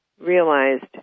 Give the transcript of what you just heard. realized